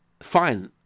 fine